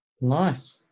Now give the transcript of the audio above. nice